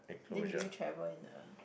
then do you travel in the